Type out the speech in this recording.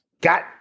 got